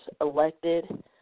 elected